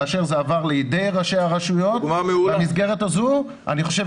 כאשר זה עבר לידי ראשי הרשויות במסגרת הזו,